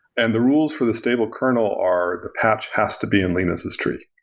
and the rules for the stable kernel are the patch has to be in linus' tree,